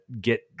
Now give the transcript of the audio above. get